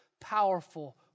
powerful